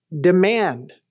demand